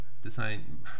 design